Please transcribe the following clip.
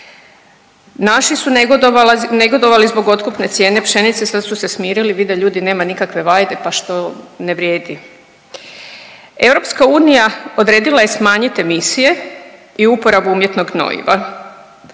Naši su negodovali zbog otkupne cijene pšenice sad su se smirili, vide ljudi nema nikakve vajde pa što ne vrijedi. EU odredila je smanjit emisije i uporabu umjetnog gnojiva.